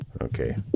Okay